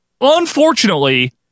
unfortunately